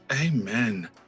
Amen